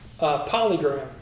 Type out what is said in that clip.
Polygram